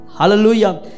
Hallelujah